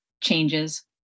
changes